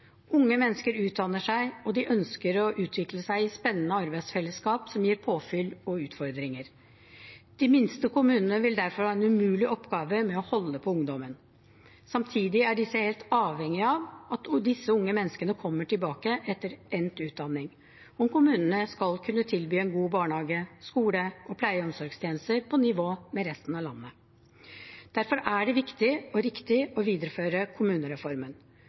Unge mennesker utdanner seg, og de ønsker å utvikle seg i spennende arbeidsfellesskap som gir påfyll og utfordringer. De minste kommunene vil derfor ha en umulig oppgave i å holde på ungdommen. Samtidig er de helt avhengige av at disse unge menneskene kommer tilbake etter endt utdanning om kommunene skal kunne tilby en god barnehage, skole og pleie- og omsorgstjenester på nivå med resten av landet. Derfor er det viktig og riktig å videreføre kommunereformen.